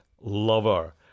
lover